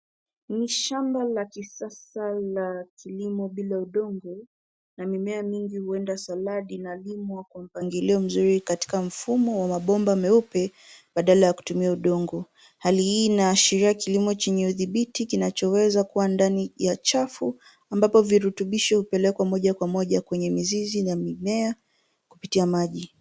Ni shamba la kisasa la kilimo bila udongo na mimea mingi huenda saladi inalimwa kwa mpangilio mzuri katika mfumo wa mabomba meupe badala ya kutumia udongo. Hali hii inashiria kilimo chenye udhibiti kinachoweza kuwa ndani ya chafu ambavo virutubishi hupelekwa hadi moja kwa moja kwenye mizizi ya mimea kupitia maji.